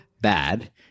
bad